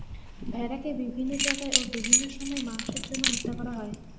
ভেড়াকে বিভিন্ন জায়গায় ও বিভিন্ন সময় মাংসের জন্য হত্যা করা হয়